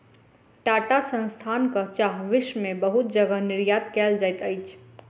टाटा संस्थानक चाह विश्व में बहुत जगह निर्यात कयल जाइत अछि